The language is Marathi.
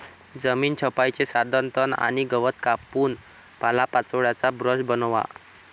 जमीन छपाईचे साधन तण आणि गवत कापून पालापाचोळ्याचा ब्रश बनवा